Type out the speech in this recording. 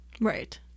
right